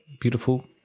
Beautiful